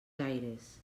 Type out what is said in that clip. gaires